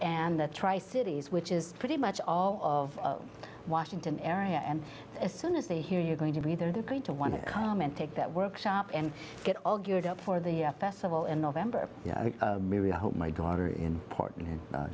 and the tri cities which is pretty much all of washington area and as soon as they hear you're going to be there they're going to want to comment take that workshop and get all geared up for the festival in november my daughter in portland